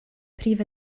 prif